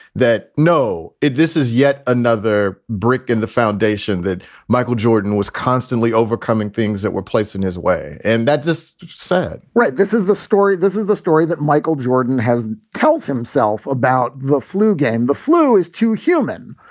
that no, this is yet another brick in the foundation that michael jordan was constantly overcoming things that were placed in his way. and that's just sad right. this is the story. this is the story that michael jordan has tells himself about the flu game. the flu is too human.